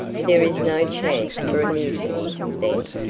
there is no chance for a mutiny, then?